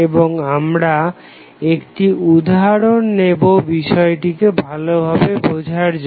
এবং আমরা একটি উদাহরণ নেবো বিষয়টিকে ভালো করে বোঝার জন্য